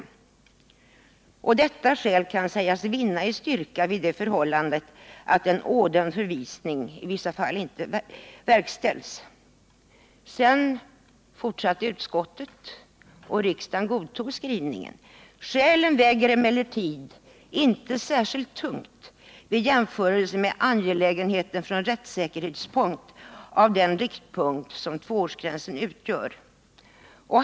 Detta skäl kan sägas vinna i styrka vid det förhållandet att en ådömd förvisning i vissa fall inte verkställs. Vidare skrev utskottet, och riksdagen godtog skrivningen: Skälen väger emellertid inte särskilt tungt vid jämförelse med angelägenheten från rättssäkerhetssynpunkt av den riktpunkt som tvåårsgränsen utgör.